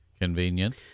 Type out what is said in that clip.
convenient